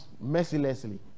mercilessly